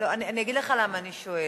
אגיד לך למה אני שואלת,